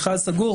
מכרז סגור,